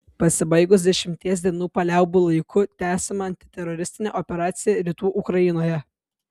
pasibaigus dešimties dienų paliaubų laikui tęsiama antiteroristinė operacija rytų ukrainoje